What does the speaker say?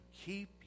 keep